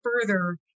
further